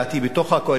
בתוך הקואליציה,